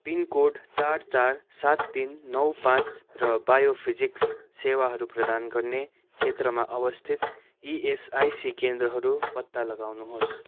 pin code चार चार सात तिन नौ पाँच र बायोफिजिक्स सेवाहरू प्रदान गर्ने क्षेत्रमा अवस्थित इएसआइसी केन्द्रहरू पत्ता लगाउनुहोस्